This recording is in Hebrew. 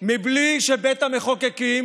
מבלי שבית המחוקקים